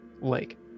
lake